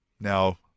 Now